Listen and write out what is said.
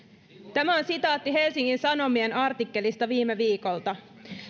on sitaatti helsingin sanomien artikkelista viime viikolta